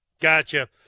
Gotcha